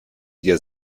dir